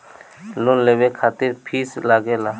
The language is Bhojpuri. लोन लेवे खातिर फीस लागेला?